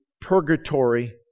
purgatory